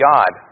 God